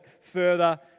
further